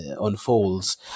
unfolds